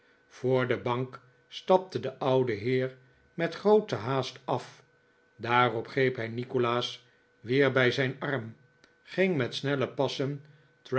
voor de bank stapte de oude heer met groote haast af daarop greep hij nikolaas weer bij zijn arm ging met snelle passen